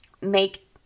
make